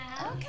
Okay